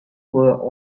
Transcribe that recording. were